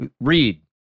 Read